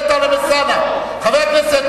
פרטי.